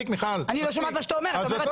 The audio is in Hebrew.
אי-אפשר